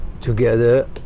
together